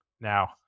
Now